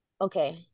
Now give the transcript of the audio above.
okay